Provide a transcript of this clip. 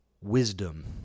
wisdom